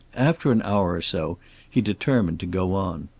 after an hour or so he determined to go on.